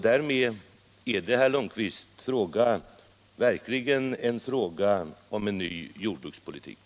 Därmed är det, herr Lundkvist, verkligen fråga om en ny jordbrukspolitik.